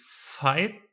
fight